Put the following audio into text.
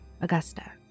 Augusta